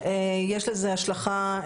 יש לזה השלכה,